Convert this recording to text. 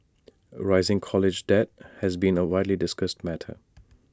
rising college debt has been A widely discussed matter